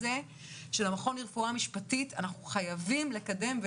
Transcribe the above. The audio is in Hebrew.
המכון לרפואה משפטית אנחנו חייבים לקדם.